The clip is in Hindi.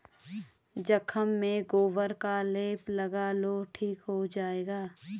जख्म में गोबर का लेप लगा लो ठीक हो जाएगा